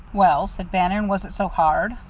well, said bannon, was it so hard?